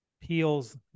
peels